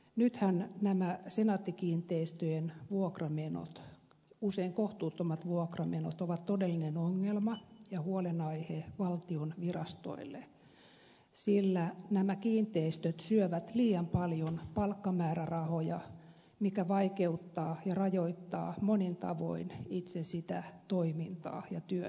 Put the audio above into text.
nythän nämä senaatti kiinteistöjen usein kohtuuttomat vuokramenot ovat todellinen ongelma ja huolenaihe valtion virastoille sillä nämä kiinteistöt syövät liian paljon palkkamäärärahoja mikä vaikeuttaa ja rajoittaa monin tavoin itse toimintaa ja työtä virastossa